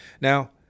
Now